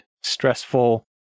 stressful